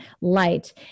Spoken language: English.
light